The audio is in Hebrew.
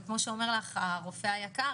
כפי שאומר הרופא היקר